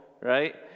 right